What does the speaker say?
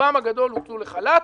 רובם הגדול הוצאו לחל"ת.